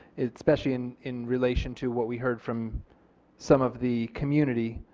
especially in in relation to what we heard from some of the community